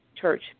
church